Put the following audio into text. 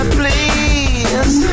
please